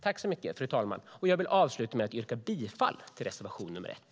Jag vill, fru talman, avsluta med att yrka bifall till reservation nr 1.